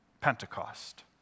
Pentecost